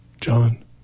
John